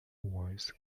wars